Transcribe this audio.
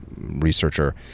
researcher